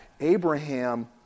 Abraham